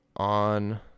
On